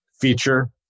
feature